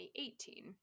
2018